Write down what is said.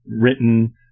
written